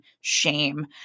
shame